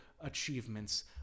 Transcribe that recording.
achievements